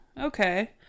Okay